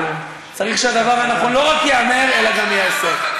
צריך שהדבר הנכון לא רק ייאמר אלא גם ייעשה.